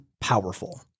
powerful